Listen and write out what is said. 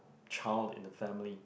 child in the family